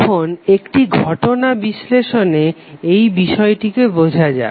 এখন একটি ঘটনা বিশ্লেষণে এই বিষয়টিকে বোঝা যাক